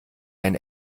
ein